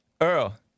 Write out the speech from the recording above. Earl